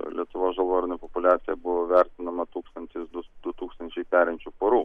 lietuvos žalvarnių populiacija buvo vertinama tūkstantis du tūkstančiai perinčių porų